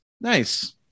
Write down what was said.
nice